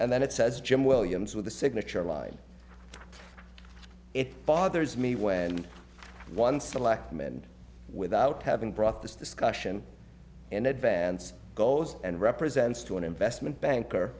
and then it says jim williams with the signature line it bothers me when one selectman without having brought this discussion in advance goes and represents to an investment banker